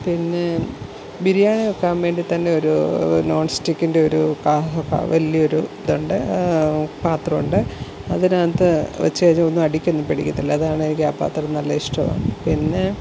പിന്നെ ബിരിയാണി വെക്കാൻ വേണ്ടിത്തന്നെ ഒരൂ നോൺസ്റ്റിക്കിൻ്റെ ഒരു ക വലിയൊരു ഇതുണ്ട് പാത്രമുണ്ട് അതിനകത്ത് വെച്ചുകഴിഞ്ഞാല് ഒന്നും അടിക്കൊന്നും പിടിക്കത്തില്ല അതുകാരണം എനിക്കാപ്പാത്രം നല്ലിഷ്ടവുമാണ് പിന്നെ